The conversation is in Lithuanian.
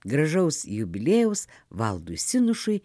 gražaus jubiliejaus valdui sinušui